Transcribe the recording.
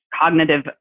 cognitive